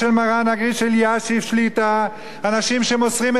אנשים שמוסרים את נפשם ימים ולילות בתורה,